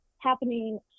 happening